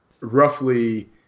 roughly